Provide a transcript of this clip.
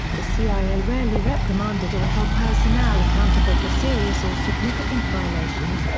the cia rarely reprimanded or held personnel accountable for serious or significant violations,